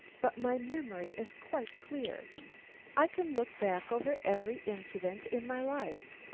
but my memory is quite clear i can look back over every incident in my life.